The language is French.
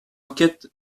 enquête